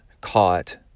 caught